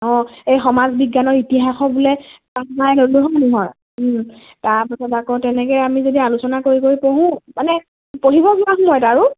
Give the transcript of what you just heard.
অঁ এই সমাজ বিজ্ঞানৰ ইতিহাসত বোলে নাই নহয় তাৰপাছত আকৌ তেনেকে আমি যদি আলোচনা কৰি কৰি পঢ়োঁ মানে পঢ়িব পৰা সময়ত আৰু